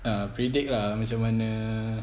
ah predict lah macam mana